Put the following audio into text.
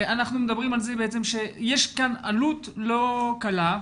אנחנו מדברים על זה שיש כאן עלות לא קלה,